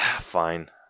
Fine